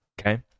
okay